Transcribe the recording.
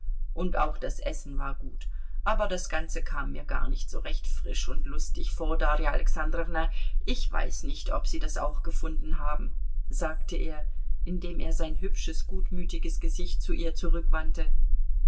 und auch das essen war gut aber das ganze kam mir gar nicht so recht frisch und lustig vor darja alexandrowna ich weiß nicht ob sie das auch gefunden haben sagte er indem er sein hübsches gutmütiges gesicht zu ihr zurückwandte